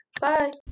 Bye